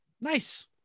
Nice